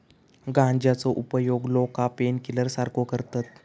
गांजाचो उपयोग लोका पेनकिलर सारखो करतत